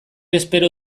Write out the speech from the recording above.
espero